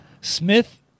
Smith